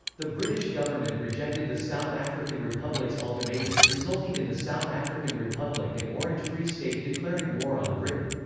the british government rejected the south african republic's ultimatum, resulting in the south african republic and orange free state declaring war on britain.